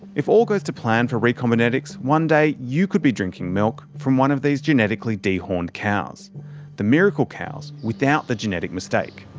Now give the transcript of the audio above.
if all goes to plan for recombinetics, one day you could be drinking milk from one of these genetically dehorned cows the miracle cows without the genetic mistake.